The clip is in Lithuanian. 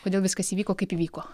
kodėl viskas įvyko kaip įvyko